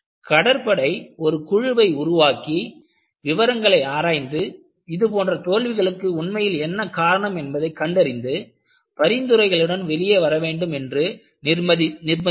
கடற்படை ஒரு குழுவை உருவாக்கி விவரங்களை ஆராய்ந்து இதுபோன்ற தோல்விகளுக்கு உண்மையில் என்ன காரணம் என்பதைக் கண்டறிந்து பரிந்துரைகளுடன் வெளியே வர வேண்டும் என்று நிர்பந்தித்தது